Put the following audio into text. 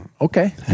okay